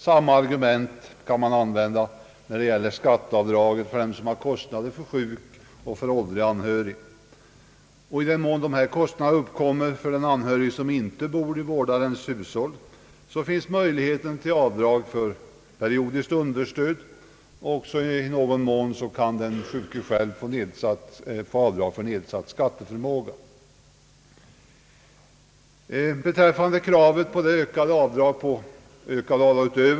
Samma argument kan användas när det gäller skatteavdrag för den som har kostnader för sjuk och för åldrig anhörig. I den mån dessa kostnader uppkommer för en anhörig som inte bor i vårdarens hushåll, finns också möjlighet till avdrag för periodiskt understöd. I någon mån kan också den sjuke själv få avdrag för nedsatt skatteförmåga.